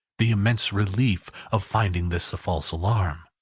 the immense relief of finding this a false alarm!